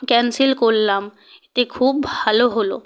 cancel করলাম এতে খুব ভালো হলো